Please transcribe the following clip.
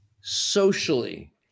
socially